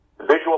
Visual